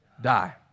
die